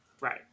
Right